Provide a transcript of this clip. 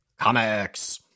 Comics